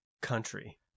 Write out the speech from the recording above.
country